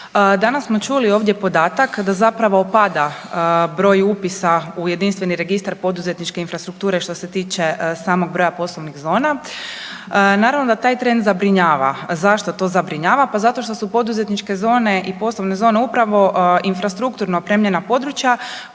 danas smo čuli ovdje podatak da zapravo pada broj upisa u jedinstveni registar poduzetničke infrastrukture što se tiče samog broja poslovnih zona. Naravno da taj trend zabrinjava. Zašto to zabrinjava? Pa zato što su poduzetničke zone i poduzetničke zone upravo infrastrukturno opremljena područja